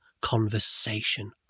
conversation